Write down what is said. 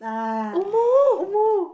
ah omo